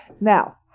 Now